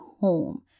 home